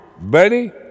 Buddy